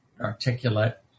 articulate